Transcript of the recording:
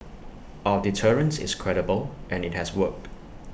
our deterrence is credible and IT has worked